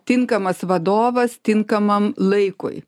tinkamas vadovas tinkamam laikui